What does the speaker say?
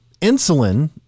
Insulin